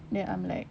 then I'm like